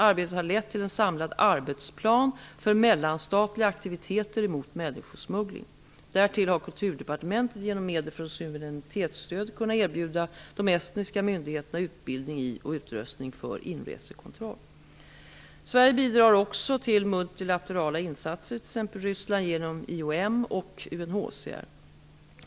Arbetet har lett till en samlad arbetsplan för mellanstatliga aktiviteter mot människosmuggling. Därtill har Kulturdepartementet genom medel från suveränitetsstödet kunnat erbjuda de estniska myndigheterna utbildning i och utrustning för inresekontroll. Sverige bidrar också till multilaterala insatser i t.ex. Ryssland genom IOM och UNHCR.